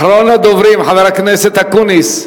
אחרון הדוברים, חבר הכנסת אקוניס.